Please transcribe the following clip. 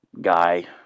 guy